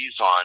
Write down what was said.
on